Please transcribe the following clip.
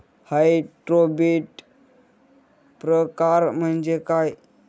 Hybrid प्रकार म्हणजे काय?